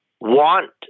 want